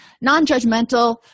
Non-judgmental